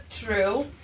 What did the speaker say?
true